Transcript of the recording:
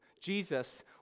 Jesus